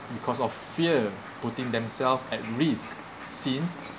because of fear putting themselves at risk since